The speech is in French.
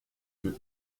vœux